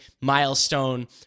milestone